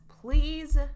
please